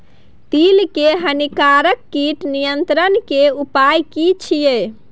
तिल के हानिकारक कीट नियंत्रण के उपाय की छिये?